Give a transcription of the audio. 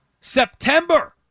September